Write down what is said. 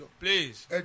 please